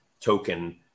token